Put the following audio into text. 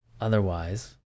otherwise